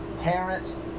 parents